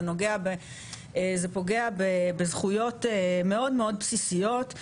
זה פוגע בזכויות מאוד בסיסיות.